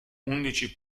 undici